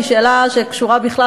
היא שאלה שקשורה בכלל,